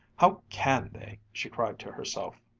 how can they! she cried to herself.